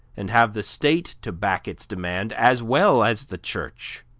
and have the state to back its demand, as well as the church.